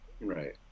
right